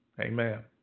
Amen